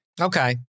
Okay